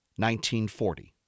1940